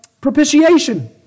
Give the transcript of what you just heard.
propitiation